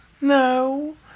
No